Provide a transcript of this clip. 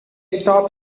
stop